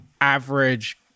average